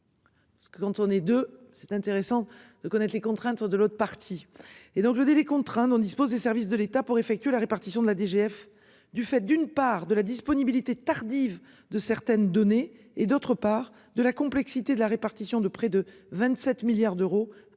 Parce que quand on est de. C'est intéressant de connaître les contraintes de l'autre partie. Et donc le délai contraint dont disposent les services de l'État pour effectuer la répartition de la DGF du fait d'une part, de la disponibilité tardive de certaines données et d'autre part de la complexité de la répartition de près de 27 milliards d'euros à l'euro